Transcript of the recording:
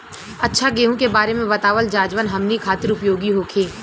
अच्छा गेहूँ के बारे में बतावल जाजवन हमनी ख़ातिर उपयोगी होखे?